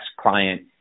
client